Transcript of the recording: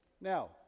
Now